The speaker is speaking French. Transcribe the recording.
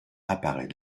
apparaît